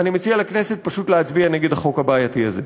אני מציע לכנסת פשוט להצביע נגד החוק הבעייתי הזה.